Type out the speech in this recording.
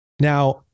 now